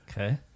Okay